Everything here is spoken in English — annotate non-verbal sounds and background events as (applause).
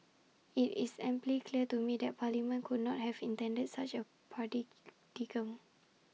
IT is amply clear to me that parliament could not have intended such A (unintelligible)